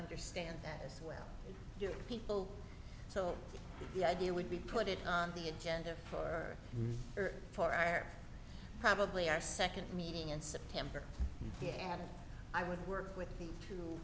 understand that as well people so the idea would be put it on the agenda for for our probably our second meeting in september yeah i would work with the two